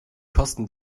kosten